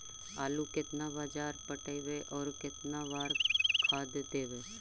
आलू केतना बार पटइबै और केतना बार खाद देबै?